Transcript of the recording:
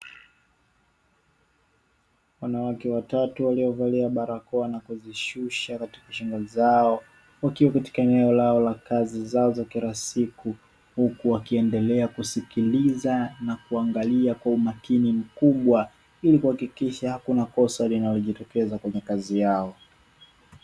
Wanawake watatu waliovalia barakoa na kuzishusha katika shingo zao, wakiwa katika eneo lao la kazi zao za kila siku, huku wakiendelea kusikiliza na kuangalia kwa umakini mkubwa, ili kuhakikisha hakuna kosa linalojitokeza kwenye kazi yao.